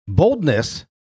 Boldness